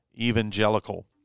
evangelical